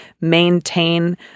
maintain